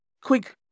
Quick